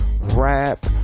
rap